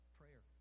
prayer